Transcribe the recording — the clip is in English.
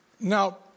Now